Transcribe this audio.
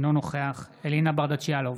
אינו נוכח אלינה ברדץ' יאלוב,